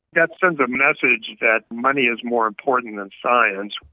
that sends a message that money is more important than science.